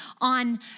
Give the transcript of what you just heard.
on